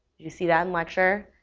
did you see that in lecture,